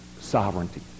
sovereignty